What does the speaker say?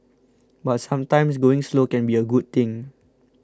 but sometimes going slow can be a good thing